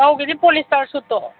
ꯃꯧꯒꯤꯗꯤ polyester ꯁꯨꯠꯇꯣ